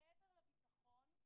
מעבר לביטחון,